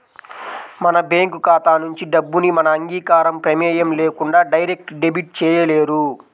మన బ్యేంకు ఖాతా నుంచి డబ్బుని మన అంగీకారం, ప్రమేయం లేకుండా డైరెక్ట్ డెబిట్ చేయలేరు